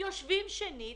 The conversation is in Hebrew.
צריך לשבת שנית